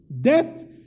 Death